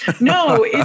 No